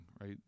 right